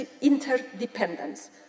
interdependence